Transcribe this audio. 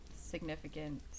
significant